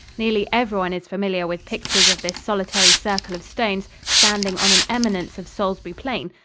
nearly everyone is familiar with pictures of this solitary circle of stones standing on an eminence of salisbury plain,